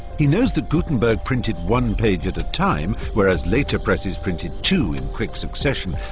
he knows that gutenberg printed one page at a time, whereas later presses printed two in quick succession.